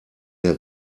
der